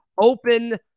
open